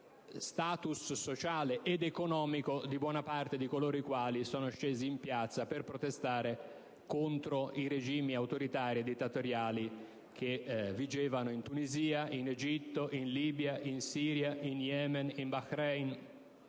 di *status* sociale ed economico di buona parte di coloro i quali sono scesi in piazza per protestare contro i regimi autoritari e dittatoriali che vigevano in Tunisia, in Egitto, in Libia, in Siria, in Yemen, in Bahrein